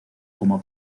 como